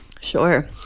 Sure